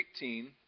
18